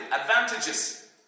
advantages